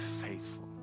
faithful